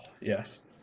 yes